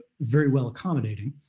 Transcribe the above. very well accommodating,